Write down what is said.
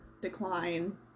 decline